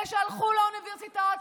אלה שהלכו לאוניברסיטאות,